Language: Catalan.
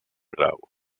grau